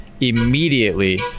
immediately